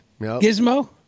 Gizmo